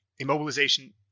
immobilization